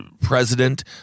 president